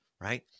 right